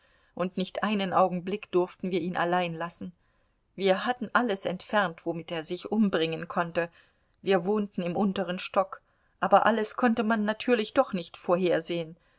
und nicht einen augenblick durften wir ihn allein lassen wir hatten alles entfernt womit er sich umbringen konnte wir wohnten im unteren stock aber alles konnte man natürlich doch nicht vorhersehen